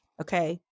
Okay